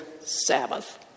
Sabbath